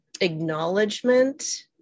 acknowledgement